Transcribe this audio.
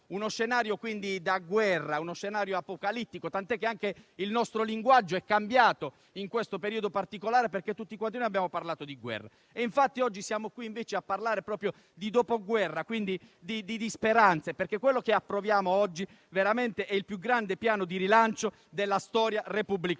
uno scenario di guerra, apocalittico, tant'è che anche il nostro linguaggio è cambiato in questo periodo particolare, perché tutti noi abbiamo parlato di guerra. Oggi siamo qui invece a parlare di dopoguerra e di speranze, perché quello che approviamo oggi è davvero il più grande Piano di rilancio della storia repubblicana.